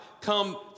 come